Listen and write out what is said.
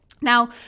Now